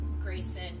Grayson